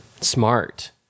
Smart